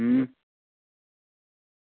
अं